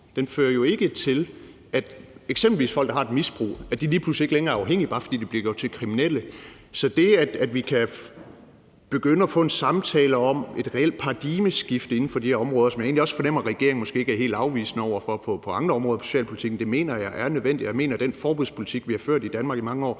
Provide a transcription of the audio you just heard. Den fører jo ikke til, at eksempelvis folk, der har et misbrug, lige pludselig ikke længere er afhængige, bare fordi de bliver gjort til kriminelle. Så det, at vi kan begynde at få en samtale om et reelt paradigmeskifte inden for de her områder, som jeg egentlig fornemmer at regeringen måske heller ikke er helt afvisende over for på andre områder i socialpolitikken, mener jeg er nødvendigt. Jeg mener ikke, at den forbudspolitik, vi har ført i Danmark i mange år,